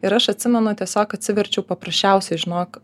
ir aš atsimenu tiesiog atsiverčiau paprasčiausiai žinok